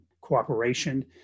cooperation